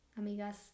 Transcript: Amigas